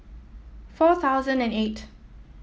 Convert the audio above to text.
four thousand and eight